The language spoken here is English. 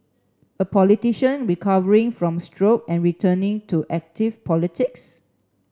a politician recovering from stroke and returning to active politics